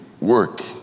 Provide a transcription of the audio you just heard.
work